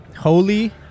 holy